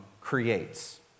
creates